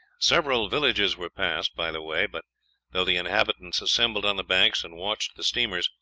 several villages were passed by the way, but though the inhabitants assembled on the banks and watched the steamer,